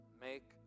Make